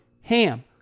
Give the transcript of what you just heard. HAM